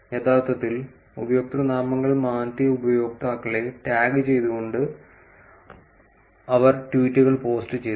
യഥാർത്ഥത്തിൽ ഉപയോക്തൃനാമങ്ങൾ മാറ്റിയ ഉപയോക്താക്കളെ ടാഗ് ചെയ്തുകൊണ്ട് അവൾ ട്വീറ്റുകൾ പോസ്റ്റ് ചെയ്തു